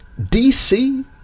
DC